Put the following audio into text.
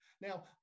Now